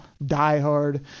diehard